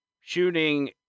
shooting